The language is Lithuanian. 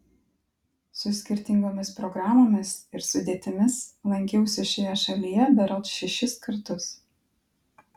su skirtingomis programomis ir sudėtimis lankiausi šioje šalyje berods šešis kartus